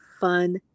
fun